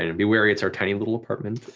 and be wary it's our tiny little apartment,